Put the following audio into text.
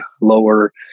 lower